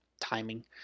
timing